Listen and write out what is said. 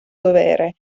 dovere